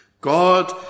God